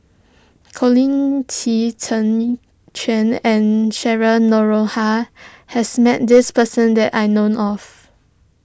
Colin Qi Zhe Quan and Cheryl Noronha has met this person that I known of